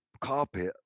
carpet